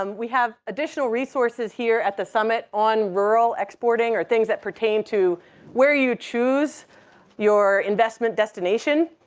um we have additional resources here at the summit on rural exporting or things that pertain to where you choose your investment destination.